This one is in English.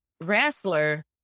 wrestler